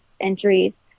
entries